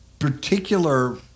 particular